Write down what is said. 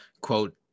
quote